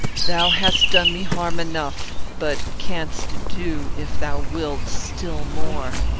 thou hast done me harm enough, but canst do, if thou wilt, still more.